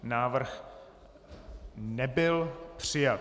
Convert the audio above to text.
Návrh nebyl přijat.